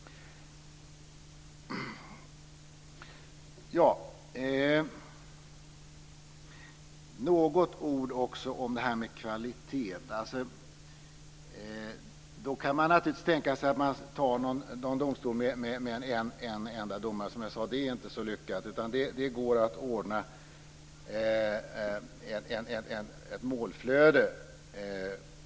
Jag ska också säga något om kvalitet. Man kan naturligtvis tänka sig att man tar en domstol med en enda domare. Det är inte så lyckat. Det går att ordna ett målflöde.